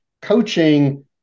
coaching